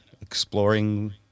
exploring